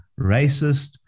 racist